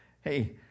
Hey